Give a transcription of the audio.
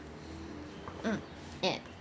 mm ye